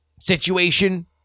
situation